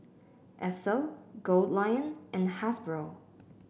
Esso Goldlion and Hasbro